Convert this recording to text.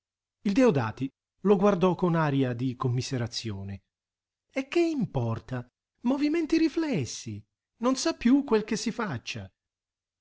l'infermiere il deodati lo guardò con aria di commiserazione e che importa movimenti riflessi non sa più quel che si faccia